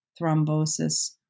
thrombosis